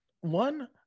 One